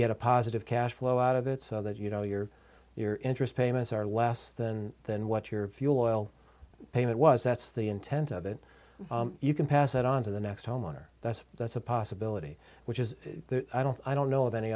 get a positive cash flow out of it so that you know your your interest payments are less than than what your fuel oil payment was that's the intent of it you can pass it on to the next homeowner that's that's a possibility which is i don't i don't know of any